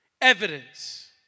Evidence